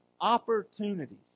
opportunities